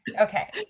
okay